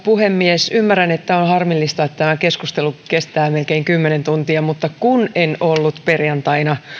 puhemies ymmärrän että on harmillista että tämä keskustelu kestää melkein kymmenen tuntia mutta kun en ollut perjantaina